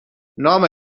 نام